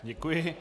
Děkuji.